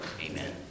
amen